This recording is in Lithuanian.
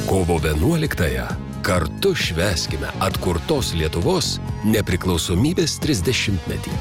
kovo vienuoliktąją kartu švęskime atkurtos lietuvos nepriklausomybės trisdešimtmetį